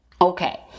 okay